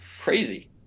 crazy